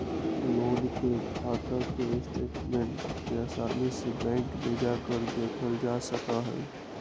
loan के खाता के स्टेटमेन्ट के आसानी से बैंक में जाकर देखल जा सका हई